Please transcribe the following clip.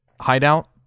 hideout